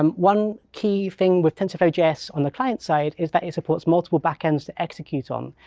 um one key thing with tensorflow js on the client side is that it supports multiple back ends to execute on.